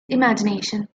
imagination